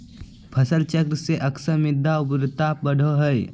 फसल चक्र से अक्सर मृदा उर्वरता बढ़ो हइ